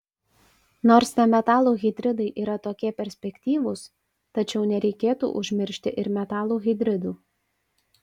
nors nemetalų hidridai yra tokie perspektyvūs tačiau nereikėtų užmiršti ir metalų hidridų